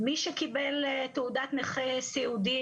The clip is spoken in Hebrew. מי שקיבל תעודת נכה סיעודי